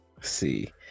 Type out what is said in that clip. see